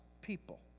people